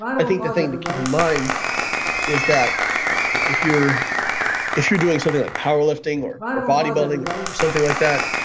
i think the thing to keep in mind is that if you're if you're doing something like power lifting or or bodybuilding or or something like that,